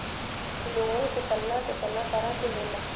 Loan केतना केतना तरह के होला?